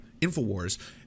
Infowars